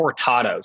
cortados